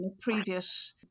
previous